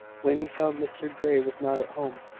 when he found mr grey was not at home,